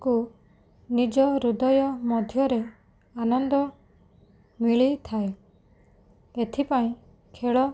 କୁ ନିଜ ହୃଦୟ ମଧ୍ୟରେ ଆନନ୍ଦ ମିଳିଥାଏ ଏଥିପାଇଁ ଖେଳ